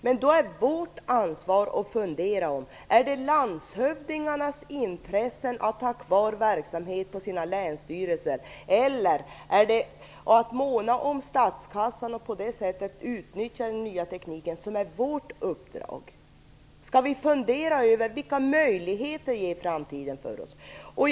Men då är det vårt ansvar att fundera över om det är landshövdingarnas intressen av att ha kvar verksamhet på sina länsstyrelser eller att måna om statskassan och utnyttja den nya tekniken som är vårt uppdrag. Vi måste fundera över vilka möjligheter som framtiden ger för oss.